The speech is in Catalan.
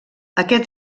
aquest